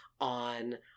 on